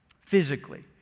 physically